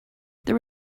there